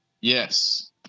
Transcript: Yes